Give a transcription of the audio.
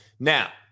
Now